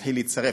מתחיל להיצרב,